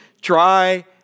Try